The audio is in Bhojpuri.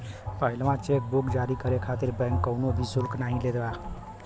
पहिला चेक बुक जारी करे खातिर बैंक कउनो भी शुल्क नाहीं लेला